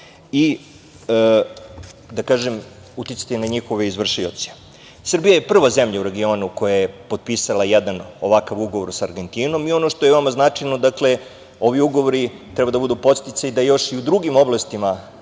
kriminala i uticati na njihove izvršioce. Srbija je prva zemlja u regionu koja je potpisala jedan ovakav ugovor sa Argentinom i ono što je veoma značajno, ovi ugovori treba da budu podsticaj da još i u drugim oblastima